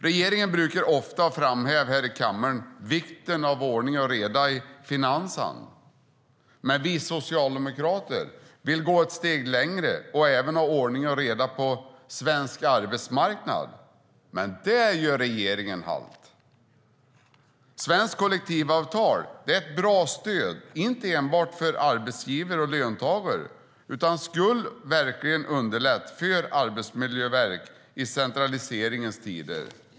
Regeringen brukar i kammaren ofta framhäva vikten av ordning och reda i finanserna. Vi socialdemokrater vill gå ett steg längre och även ha ordning och reda på svensk arbetsmarknad, men där gör regeringen halt. Svenska kollektivavtal är ett bra stöd inte enbart för arbetsgivare och löntagare utan skulle verkligen underlätta för Arbetsmiljöverket i centraliseringens tider.